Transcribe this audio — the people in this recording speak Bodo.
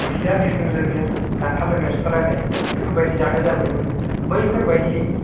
बिदा बिफंजोंनो दानथारलायनाय सुथारलायनाय बेफोर बायदि जाथाइ जाबोदोंमोन बैफोर बायदि